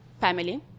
family